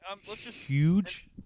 huge